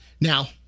Now